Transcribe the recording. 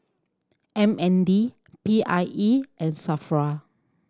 M N D P I E and SAFRA